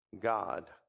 God